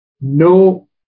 No